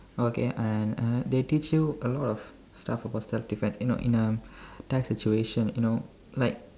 okay and uh they teach you a lot of stuff about self defense you know in a tight situation you know like